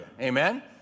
Amen